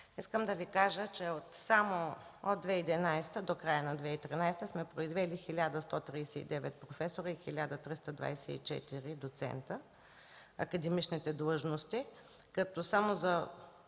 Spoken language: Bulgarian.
искам да Ви кажа, че само от 2011 г. до края на 2013 г. сме произвели 1139 професори и 1324 доценти – академичните длъжности, като само за